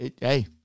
Hey